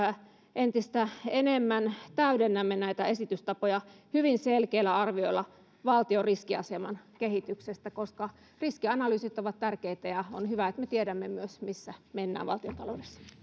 entistä enemmän täydennämme näitä esitystapoja hyvin selkeillä arvioilla valtion riskiaseman kehityksestä koska riskianalyysit ovat tärkeitä on hyvä että me tiedämme myös missä mennään valtiontaloudessa